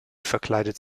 verkleidet